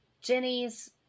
Jenny's